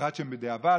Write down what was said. בפרט שהן בדיעבד.